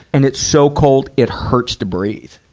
and it's so cold it hurts to breathe.